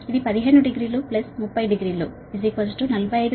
అది 150 300 450